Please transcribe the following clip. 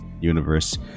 universe